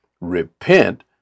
Repent